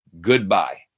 goodbye